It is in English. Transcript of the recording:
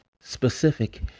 Specific